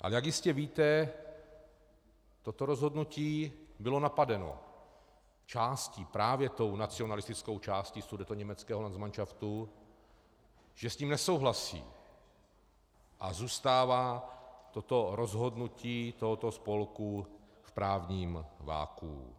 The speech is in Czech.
A jak jistě víte, toto rozhodnutí bylo napadeno částí, právě tou nacionalistickou částí sudetoněmeckého landsmanšaftu, že s tím nesouhlasí, a zůstává toto rozhodnutí tohoto spolku v právním vakuu.